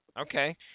Okay